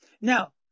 Now